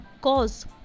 cause